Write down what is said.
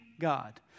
God